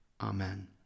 Amen